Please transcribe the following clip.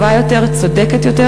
טובה יותר, צודקת יותר.